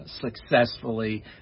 successfully